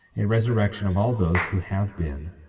a resurrection of all those who have been,